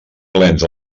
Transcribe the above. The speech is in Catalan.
plens